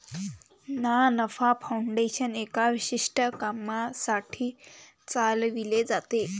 ना नफा फाउंडेशन एका विशिष्ट कामासाठी चालविले जाते